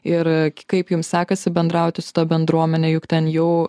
ir kaip jums sekasi bendrauti su ta bendruomene juk ten jau